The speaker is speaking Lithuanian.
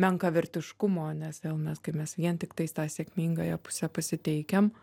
menkavertiškumo nes vėl mes kai mes vien tiktai tą sėkmingąją pusę pasiteikiam